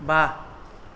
बा